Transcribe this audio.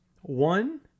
One